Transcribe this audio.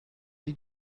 did